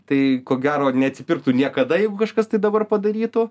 tai ko gero neatsipirktų niekada jeigu kažkas tai dabar padarytų